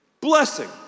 blessing